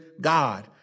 God